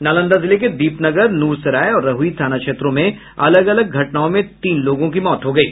नालंदा जिले के दीपनगर नूरसराय और रहुई थाना क्षेत्रों में अलग अलग घटनाओं में तीन लोगों की मौत हो गयी